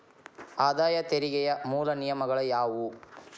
ಆದಾಯ ತೆರಿಗೆಯ ಮೂಲ ನಿಯಮಗಳ ಯಾವು